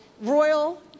royal